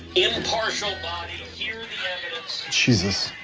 impartial hear the evidence. jesus.